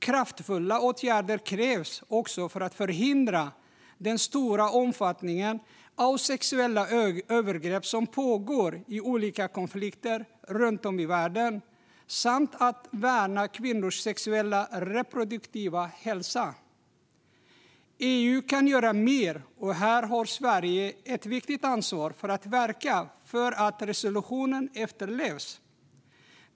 Kraftfulla åtgärder krävs också för att förhindra den stora omfattningen av sexuella övergrepp som pågår i olika konflikter runt om i världen och för att värna kvinnors sexuella och reproduktiva hälsa. EU kan göra mer, och här har Sverige ett viktigt ansvar för att verka för att resolutionen ska efterlevas.